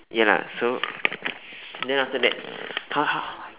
ya lah so then after that how how